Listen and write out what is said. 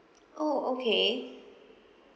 orh okay